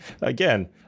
again